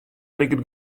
liket